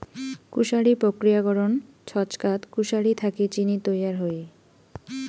কুশারি প্রক্রিয়াকরণ ছচকাত কুশারি থাকি চিনি তৈয়ার হই